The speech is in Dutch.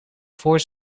voor